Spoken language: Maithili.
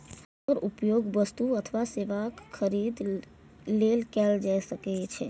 एकर उपयोग वस्तु अथवा सेवाक खरीद लेल कैल जा सकै छै